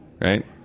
Right